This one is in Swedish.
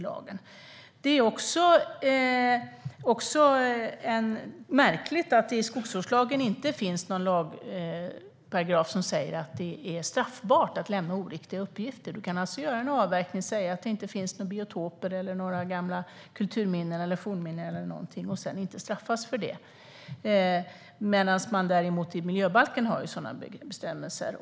För det andra är det märkligt att det inte finns någon lagparagraf i skogsvårdslagen som säger att det är straffbart att lämna oriktiga uppgifter. Man kan alltså göra en avverkning och säga att det inte finns några biotoper eller några gamla kultur eller fornminnen och sedan inte straffas för det. I miljöbalken finns däremot sådana bestämmelser.